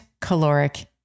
caloric